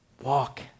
Walk